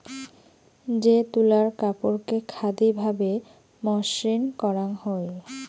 যে তুলার কাপড়কে খাদি ভাবে মসৃণ করাং হই